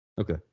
Okay